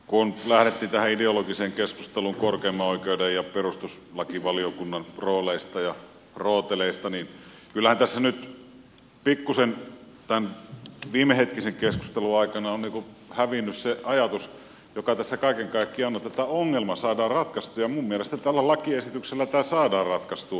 kun lähdettiin tähän ideologiseen keskusteluun korkeimman oikeuden ja perustuslakivaliokunnan rooleista ja rooteleista niin kyllähän tässä nyt pikkusen tämän viimehetkisen keskustelun aikana on hävinnyt se ajatus joka tässä kaiken kaikkiaan on että tämä ongelma saadaan ratkaistua ja minun mielestäni tällä lakiesityksellä tämä saadaan ratkaistua